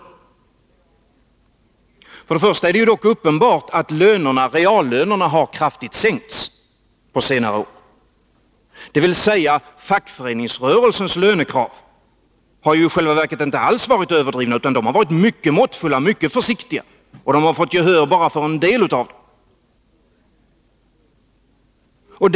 Till att börja med är det uppenbart att reallönerna har sänkts kraftigt på senare år, dvs. fackföreningsrörelsens lönekrav har i själva verket inte alls varit överdrivna utan de har varit mycket måttfulla och försiktiga, och man har fått gehör bara för en del av sina krav.